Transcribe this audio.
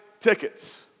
tickets